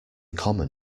common